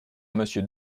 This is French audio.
monsieur